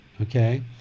Okay